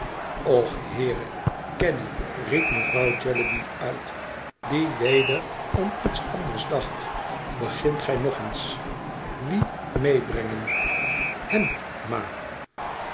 och heere caddy riep mevrouw jellyby uit die weder om iets anders dacht begint gij nog eens wien meebrengen hem ma